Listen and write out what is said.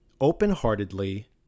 open-heartedly